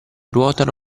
ruotano